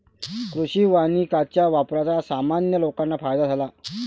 कृषी वानिकाच्या वापराचा सामान्य लोकांना फायदा झाला